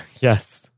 yes